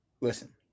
Listen